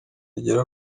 igera